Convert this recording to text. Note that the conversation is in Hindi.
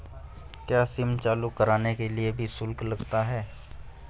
क्या सिम चालू कराने के लिए भी शुल्क लगता है?